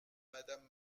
madame